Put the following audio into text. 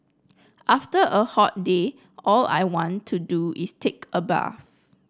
after a hot day all I want to do is take a bath